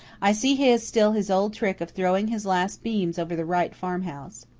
i see he has still his old trick of throwing his last beams over the wright farmhouse.